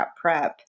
prep